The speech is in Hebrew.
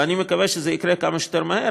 ואני מקווה שזה יקרה כמה שיותר מהר,